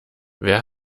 wer